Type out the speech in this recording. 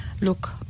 look